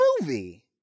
movie